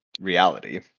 reality